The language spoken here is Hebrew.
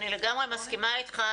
אני לגמרי מסכימה איתך.